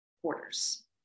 quarters